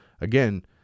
again